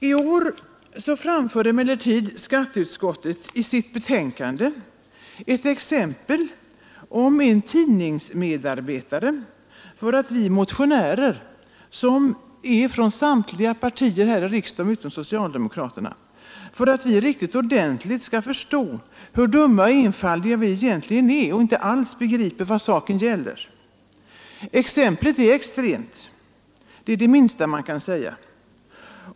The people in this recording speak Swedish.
I år anför emellertid skatteutskottet i sitt betänkande ett exempel om en tidningsmedarbetare, för att vi motionärer — som är från samtliga partier här i riksdagen utom socialdemokraterna — riktigt ordentligt skall förstå hur dumma och enfaldiga vi egentligen är, och att vi inte alls begriper vad saken gäller. Exemplet är extremt, det är det minsta man kan säga.